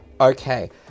Okay